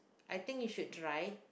I think you should try